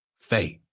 faith